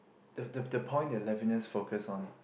the the the point that Levinas focused on